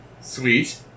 Sweet